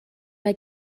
mae